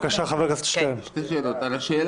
חבר הכנסת שטרן, בבקשה.